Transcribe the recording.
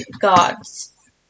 gods